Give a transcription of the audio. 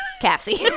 Cassie